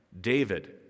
David